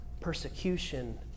persecution